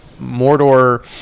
Mordor